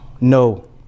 No